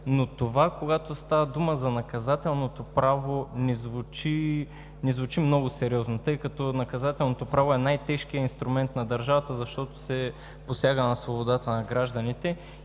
но това, когато става дума за наказателното право, не звучи много сериозно, тъй като наказателното право е най-тежкият инструмент на държавата, защото се посяга на свободата на гражданите.